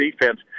defense